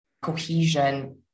cohesion